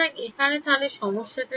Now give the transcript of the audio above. সুতরাং এখানে এখন তাহলে কি সমস্যা